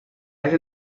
este